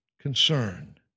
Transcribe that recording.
concern